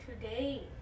today